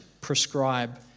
prescribe